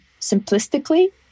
simplistically